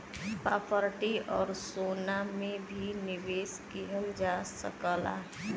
property आउर सोना में भी निवेश किहल जा सकला